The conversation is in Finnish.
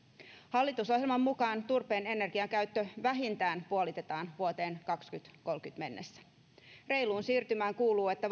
hallitusohjelman mukaan turpeen energiakäyttö vähintään puolitetaan vuoteen kaksituhattakolmekymmentä mennessä reiluun siirtymään kuuluu että